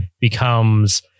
becomes